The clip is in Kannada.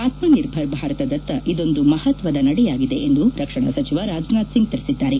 ಆತ್ಸನಿರ್ಭರ್ ಭಾರತದತ್ತ ಇದೊಂದು ಮಹತ್ವದ ನಡೆಯಾಗಿದೆ ಎಂದು ರಕ್ಷಣಾ ಸಚಿವ ರಾಜನಾಥ್ ಸಿಂಗ್ ತಿಳಿಸಿದ್ದಾರೆ